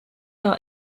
our